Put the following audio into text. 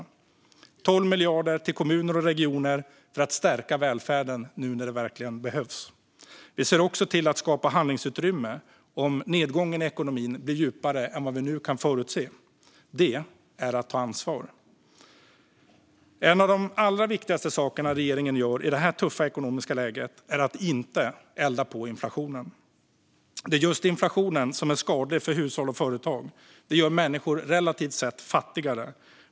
Det handlar om 12 miljarder till kommuner och regioner för att stärka välfärden nu när det verkligen behövs. Vi ser också till att skapa handlingsutrymme om nedgången i ekonomin blir djupare än vad vi nu kan förutse. Det är att ta ansvar. En av de allra viktigaste sakerna regeringen gör i det här tuffa ekonomiska läget är att inte elda på inflationen. Det är just inflationen som är skadlig för hushåll och företag. Den gör människor relativt sett fattigare.